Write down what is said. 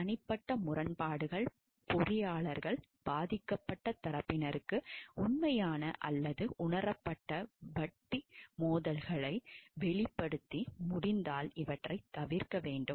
தனிப்பட்ட முரண்பாடுகள் பொறியாளர்கள் பாதிக்கப்பட்ட தரப்பினருக்கு உண்மையான அல்லது உணரப்பட்ட வட்டி மோதல்களை வெளிப்படுத்தி முடிந்தால் இவற்றைத் தவிர்க்க வேண்டும்